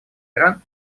иран